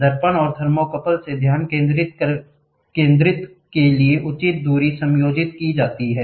दर्पण और थर्मोकपल से ध्यान केंद्रित के लिए उचित दूरी समायोजित की जाती है